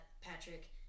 Patrick